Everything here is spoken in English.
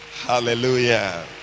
Hallelujah